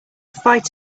fight